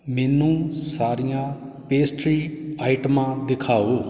ਮੈਨੂੰ ਸਾਰੀਆਂ ਪੇਸਟਰੀ ਆਈਟਮਾਂ ਦਿਖਾਓ